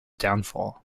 downfall